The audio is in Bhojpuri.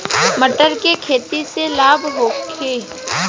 मटर के खेती से लाभ होखे?